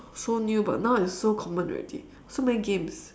so new but now it's so common already so many games